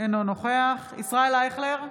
אינו נוכח ישראל אייכלר,